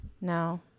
No